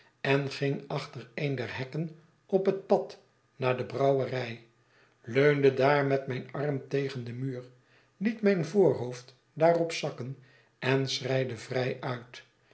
en ging achter een der hekken op het pad naar de brouwerij leunde daar met mijn arm tegen den muur liet mijn voorhoofd daarop zakken en schreide vrij uit